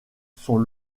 sont